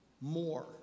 more